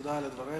תודה על דבריך,